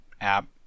app